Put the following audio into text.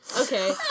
Okay